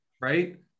right